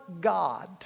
God